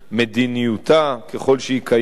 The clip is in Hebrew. מדיניותה, ככל שהיא קיימת.